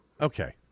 Okay